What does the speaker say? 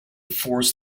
force